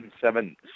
seven